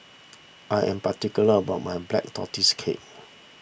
I am particular about my Black Tortoise Cake